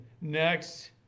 next